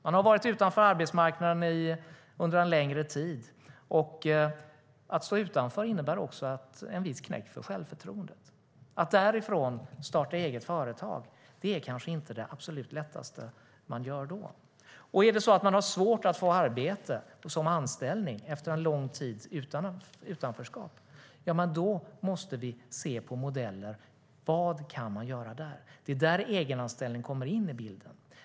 Man har varit utanför arbetsmarknaden under en längre tid, och att stå utanför innebär en viss knäck för självförtroendet. Att därifrån starta eget företag är kanske inte det absolut lättaste att göra. Är det så att man har svårt att få arbete i form av anställning efter en lång tids utanförskap, då måste vi titta på modeller. Vad kan man göra där? Det är där egenanställning kommer in i bilden.